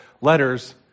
letters